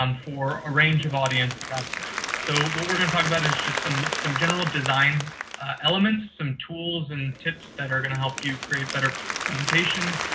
um for a range of audiences out there. so, what we're going to talk about is just some some general design elements, some tools and tips that are going to help you create better presentations,